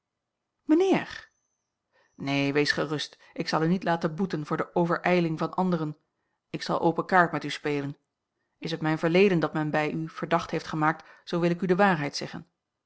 mijnheer neen wees gerust ik zal u niet laten boeten voor de overijling van anderen ik zal open kaart met u spelen is het mijn verleden dat men bij u verdacht heeft gemaakt zoo wil ik u de waarheid zeggen